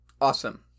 Awesome